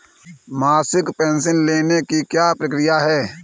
मासिक पेंशन लेने की क्या प्रक्रिया है?